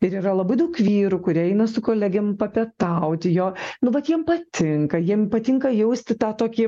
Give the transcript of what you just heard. ir yra labai daug vyrų kurie eina su kolegėm papietauti jo nu vat jiem patinka jiem patinka jausti tą tokį